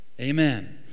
Amen